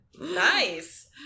Nice